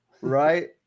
right